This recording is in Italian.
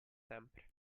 sempre